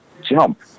jump